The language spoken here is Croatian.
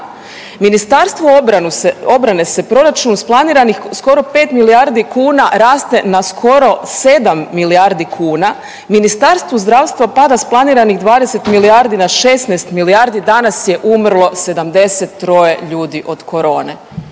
Ministarstvu obrane se proračun isplaniranih skoro 5 milijardi kuna raste na skoro 7 milijardi kuna, Ministarstvu zdravstva pada s planiranih 20 milijardi na 16 milijardi, danas je umrlo 73 ljudi od korone.